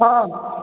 हँ